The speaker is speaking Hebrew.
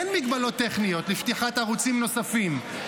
אין מגבלות טכניות לפתיחת ערוצים נוספים,